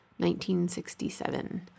1967